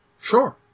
Sure